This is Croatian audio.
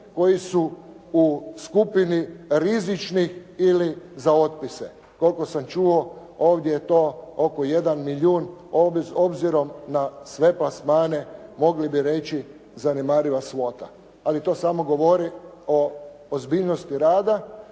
koji su u skupini rizičnih ili za otpise. Koliko sam čuo, ovdje je to oko 1 milijun. Obzirom na sve plasmane mogli bi reći zanemariva svota, ali to samo govori o ozbiljnosti rada,